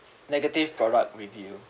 negative product review